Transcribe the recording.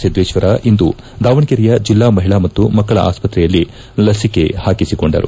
ಸಿದ್ದೇಶ್ವರ ಇಂದು ದಾವಣಗೆರೆಯ ಜಿಲ್ಲಾ ಮಹಿಳಾ ಮತ್ತು ಮಕ್ಕಳ ಆಸ್ತ್ರೆಯಲ್ಲಿ ಲಸಿಕೆ ಹಾಕಿಸಿಕೊಂಡರು